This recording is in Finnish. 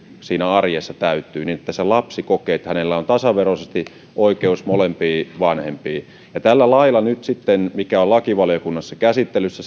arjessa täyttyy niin että lapsi kokee että hänellä on tasaveroisesti oikeus molempiin vanhempiin tällä lailla nyt sitten mikä on lakivaliokunnassa käsittelyssä